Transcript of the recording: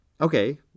okay